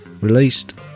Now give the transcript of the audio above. released